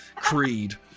Creed